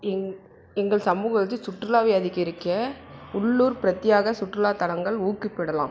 எங் எங்கள் சமூகத்தில் சுற்றுலாவை அதிகரிக்க உள்ளூர் பிரத்தியாக சுற்றுலா தலங்கள் ஊக்குவிக்க படலாம்